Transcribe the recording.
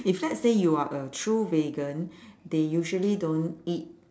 if let's say you are a true vegan they usually don't eat